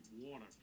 water